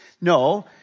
No